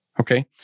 Okay